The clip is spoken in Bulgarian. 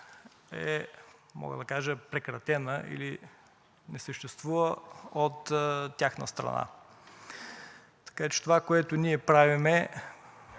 е, мога да кажа, прекратена или не съществува от тяхна страна. Така че това, което ние правим,